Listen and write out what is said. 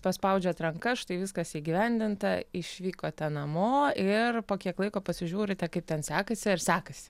paspaudžiat ranką štai viskas įgyvendinta išvykote namo ir po kiek laiko pasižiūrite kaip ten sekasi ar sekasi